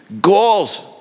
Goals